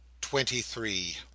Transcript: Twenty-three